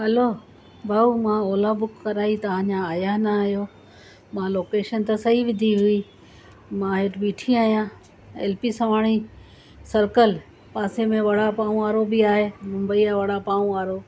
हलो भाऊ मां Ola book कराई तव्हां अञा आहिया न आहियो मां लोकेशन त सही विधी हुई मां हेठि ॿीठी आहियां एल पी सवाणी सर्कल पासे में वड़ा पाव वारो बि आहे मुंबईअ ओ वड़ा पाव वारो